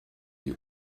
die